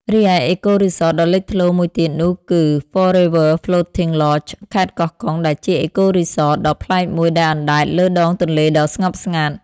រីឯអេកូរីសតដ៏លេចធ្លោមួយទៀតនោះគឺ ហ្វ័រ រី វើ ហ្លូត ធីង ឡចដ៍ 4 Rivers Floating Lodge ខេត្តកោះកុង ដែលជា អេកូរីសត ដ៏ប្លែកមួយដែលអណ្តែតលើដងទន្លេដ៏ស្ងប់ស្ងាត់។